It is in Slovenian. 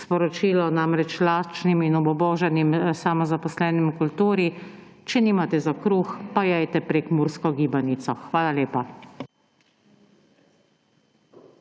sporočilo namreč lačnim in obubožanim samozaposlenim v kulturi −, če nimate za kruh, pa jejte prekmursko gibanico. Hvala.